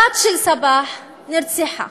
הבת של סבאח נרצחה.